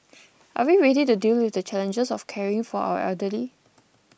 are we ready to deal with the challenges of caring for our elderly